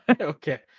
Okay